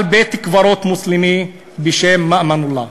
על בית-קברות מוסלמי בשם "מאמן אללה".